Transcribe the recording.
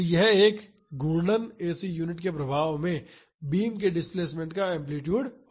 तो यह एक घूर्णन एसी यूनिट के प्रभाव में बीम के डिस्प्लेस्मेंट का एम्पलीटूड होगा